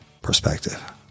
perspective